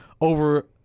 over